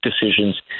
decisions